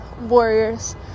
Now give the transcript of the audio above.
warriors